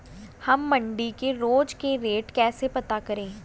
हम मंडी के रोज के रेट कैसे पता करें?